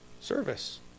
service